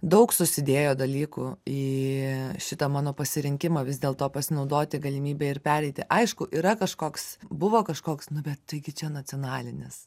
daug susidėjo dalykų į šitą mano pasirinkimą vis dėlto pasinaudoti galimybe ir pereiti aišku yra kažkoks buvo kažkoks nu bet taigi čia nacionalinis